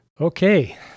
Okay